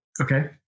Okay